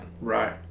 Right